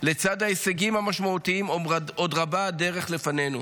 לצד ההישגים המשמעותיים עוד רבה הדרך לפנינו.